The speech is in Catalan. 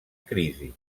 crisi